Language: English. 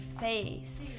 face